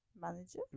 manager